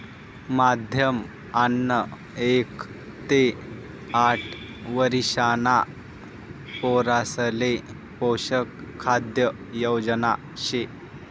माध्यम अन्न एक ते आठ वरिषणा पोरासले पोषक खाद्य योजना शे